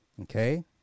Okay